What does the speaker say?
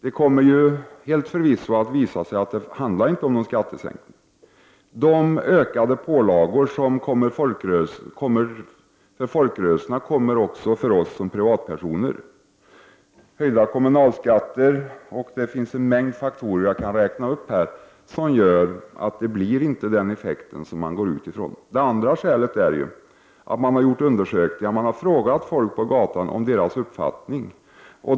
Det kommer helt säkert att visa sig att det inte handlar om någon skattesänkning. De ökade pålagor för folkrörelserna kommer även att drabba oss som privatpersoner. Höjda kommunalskatter och en mängd andra faktorer gör att skatteomläggningen inte får den effekt som man utgår från. Det andra skälet är att det har gjorts undersökningar genom att människor på gatan har fått frågor om sin uppfattning.